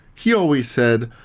he always said,